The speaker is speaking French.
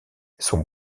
son